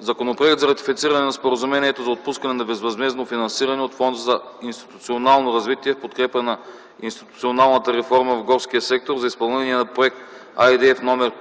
Законопроект за ратифициране на Споразумението за отпускане на безвъзмездно финансиране от Фонда за институционално развитие в подкрепа на институционалната реформа в горския сектор за изпълнение на проект IDF №